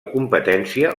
competència